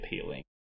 appealing